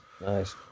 nice